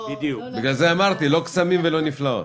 בגלל זה אמרתי לא קסמים ולא נפלאות,